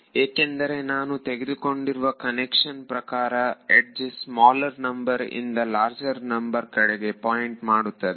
ಏಕೆಂದರೆ ನಾನು ತೆಗೆದುಕೊಂಡಿರುವ ಕನ್ವೆನ್ಷನ್ ಪ್ರಕಾರ ಯಡ್ಜ್ ಸ್ಮಾಲರ್ ನಂಬರ್ ಇಂದ ಲಾರ್ಜರ್ ನಂಬರ್ ಕಡೆಗೆ ಪಾಯಿಂಟ್ ಮಾಡುತ್ತದೆ